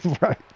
Right